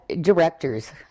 directors